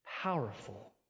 powerful